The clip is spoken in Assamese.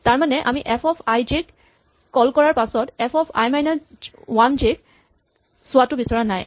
তাৰমানে আমি F of I J K call কৰাৰ পাছত F of I minus one J K চোৱাটো বিচৰা নাই